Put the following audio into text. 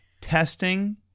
Testing